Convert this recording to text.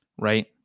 right